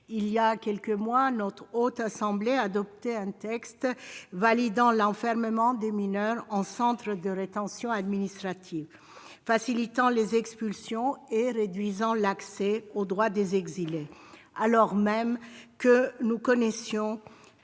il y a quelques mois, la Haute Assemblée adoptait un texte validant l'enfermement des mineurs en centre de rétention administrative, ou CRA, facilitant les expulsions et réduisant l'accès aux droits des exilés, alors même que nous connaissions,